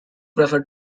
prefer